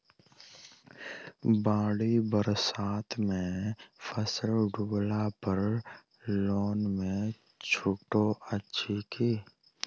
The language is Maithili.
बाढ़ि बरसातमे फसल डुबला पर लोनमे छुटो अछि की